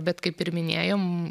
bet kaip ir minėjom